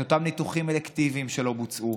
את אותם ניתוחים אלקטיביים שלא בוצעו,